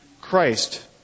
Christ